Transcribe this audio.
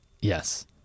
Yes